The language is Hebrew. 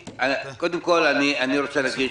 קודם כל אני רוצה להגיד